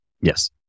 Yes